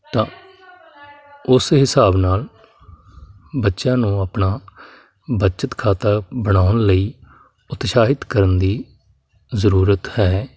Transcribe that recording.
ਤਾਂ ਉਸ ਹਿਸਾਬ ਨਾਲ ਬੱਚਿਆਂ ਨੂੰ ਆਪਣਾ ਬੱਚਤ ਖਾਤਾ ਬਣਾਉਣ ਲਈ ਉਤਸ਼ਾਹਿਤ ਕਰਨ ਦੀ ਜ਼ਰੂਰਤ ਹੈ